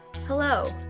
Hello